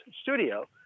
studio